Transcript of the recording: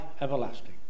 everlasting